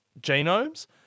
genomes